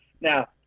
now